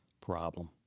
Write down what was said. problem